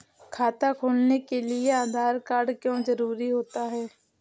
खाता खोलने के लिए आधार कार्ड क्यो जरूरी होता है?